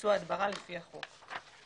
לביצוע הדברה לפי החוק.